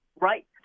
right